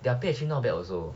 their pay actually not bad also